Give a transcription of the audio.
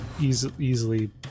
Easily